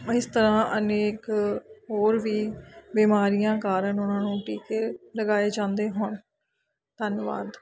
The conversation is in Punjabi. ਇਸ ਤਰ੍ਹਾਂ ਅਨੇਕ ਹੋਰ ਵੀ ਬਿਮਾਰੀਆਂ ਕਾਰਨ ਉਹਨਾਂ ਨੂੰ ਟੀਕੇ ਲਗਾਏ ਜਾਂਦੇ ਹਨ ਧੰਨਵਾਦ